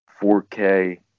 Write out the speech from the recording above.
4k